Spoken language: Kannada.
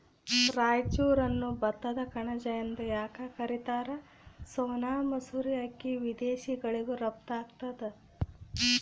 ರಾಯಚೂರನ್ನು ಭತ್ತದ ಕಣಜ ಎಂದು ಯಾಕ ಕರಿತಾರ? ಸೋನಾ ಮಸೂರಿ ಅಕ್ಕಿ ವಿದೇಶಗಳಿಗೂ ರಫ್ತು ಆಗ್ತದ